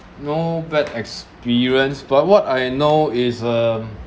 no bad experience but what I know is um